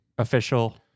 official